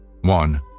One